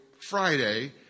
Friday